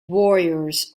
warriors